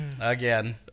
again